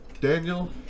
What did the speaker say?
daniel